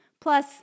Plus